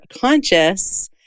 conscious